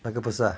那个不是啊